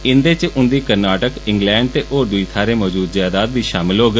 इंद च उंदी कर्नाटक इंग्लैंड ते होर थाहरें मौजूद जैदाद बी षामल होग